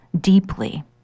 deeply